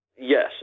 Yes